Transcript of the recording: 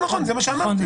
זה מה שאמרתי,